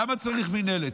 למה צריך מינהלת?